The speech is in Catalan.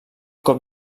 cop